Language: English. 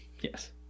Yes